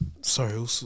sorry